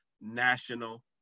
national